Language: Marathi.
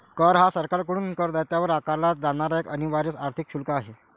कर हा सरकारकडून करदात्यावर आकारला जाणारा एक अनिवार्य आर्थिक शुल्क आहे